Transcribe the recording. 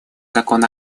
закон